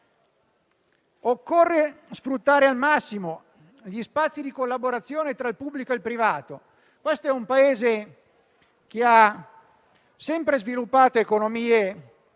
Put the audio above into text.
sfruttare al massimo gli spazi di collaborazione tra il pubblico e il privato. Questo è un Paese che ha sempre sviluppato economie